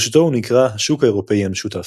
בראשיתו הוא נקרא "השוק האירופי המשותף",